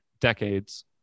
decades